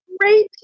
Great